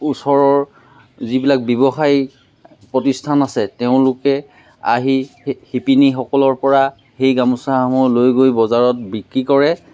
ওচৰৰ যিবিলাক ব্যৱসায়িক প্ৰতিষ্ঠান আছে তেওঁলোকে আহি শিপিনীসকলৰ পৰা সেই গামোচাসমূহ লৈ গৈ বজাৰত বিক্ৰী কৰে